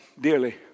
dearly